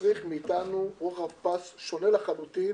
יצריך מאיתנו רוחב פס שונה לחלוטין